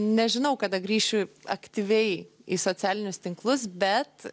nežinau kada grįšiu aktyviai į socialinius tinklus bet